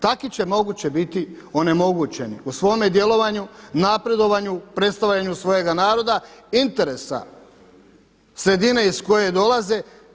Tako će moguće biti onemogućeni u svome djelovanju, napredovanju, predstavljanju svojega naroda, interesa sredine iz koje dolaze.